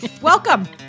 welcome